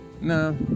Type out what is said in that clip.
No